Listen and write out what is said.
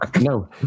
No